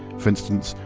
for instance,